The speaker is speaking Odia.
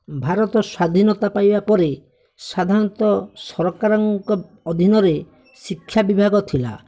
ଭାରତ ସ୍ୱାଧୀନତା ପାଇବା ପରେ ସାଧାରଣତଃ ସରକାରଙ୍କ ଅଧୀନରେ ଶିକ୍ଷା ବିଭାଗ ଥିଲା